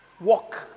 Walk